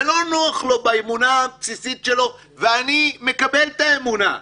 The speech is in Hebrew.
זה לא נוח לו באמונה הבסיסית שלו ואני מקבל את האמונה.